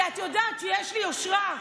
כי את יודעת שיש לי יושרה,